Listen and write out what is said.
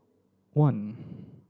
one